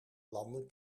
landen